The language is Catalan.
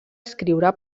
escriure